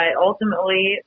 ultimately